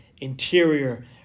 interior